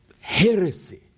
heresy